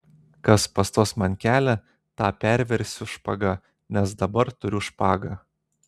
kas pastos man kelią tą perversiu špaga nes aš dabar turiu špagą